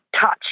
touch